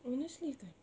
honestly kan